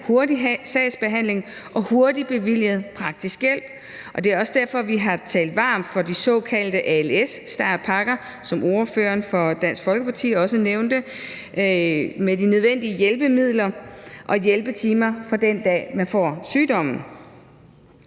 hurtig sagsbehandling og hurtigt bevilget praktisk hjælp. Og det er også derfor, at vi har talt varmt for de såkaldte als-startpakker, som ordføreren for Dansk Folkeparti også nævnte, med de nødvendige hjælpemidler og hjælpetimer fra den dag, man får sygdommen.